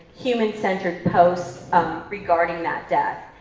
human centered posts regarding that death,